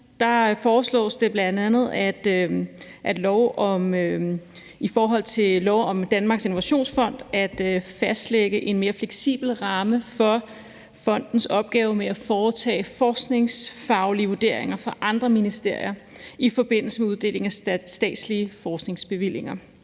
7, foreslås det bl.a., at der i forhold til lov om Danmarks Innovationsfond fastlægges en mere fleksibel ramme for fondens opgave med at foretage forskningsfaglige vurderinger for andre ministerier i forbindelse med uddeling af statslige forskningsbevillinger.